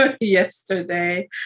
yesterday